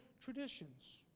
traditions